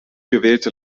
gewählte